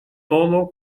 todo